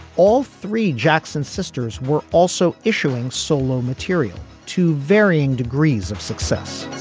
all three jackson sisters were also issuing solo material to varying degrees of success